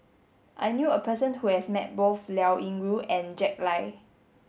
I knew a person who has met both Liao Yingru and Jack Lai